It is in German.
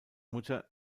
mutter